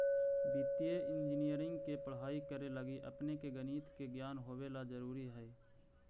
वित्तीय इंजीनियरिंग के पढ़ाई करे लगी अपने के गणित के ज्ञान होवे ला जरूरी हई